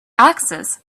access